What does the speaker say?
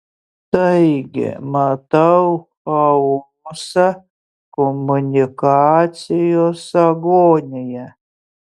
taigi matau chaosą komunikacijos agoniją